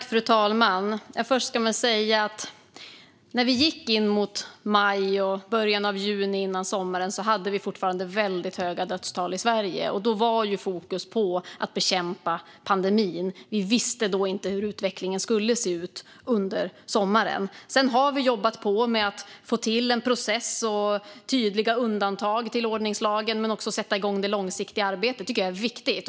Fru talman! Först ska jag säga att före sommaren, när vi gick mot maj och början av juni, hade vi fortfarande väldigt höga dödstal i Sverige. Då var fokus på att bekämpa pandemin. Vi visste inte då hur utvecklingen skulle se ut under sommaren. Sedan dess har vi jobbat på med att få till en process och tydliga undantag från ordningslagen men också med att sätta igång det långsiktiga arbetet, och det tycker jag är viktigt.